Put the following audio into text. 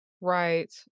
right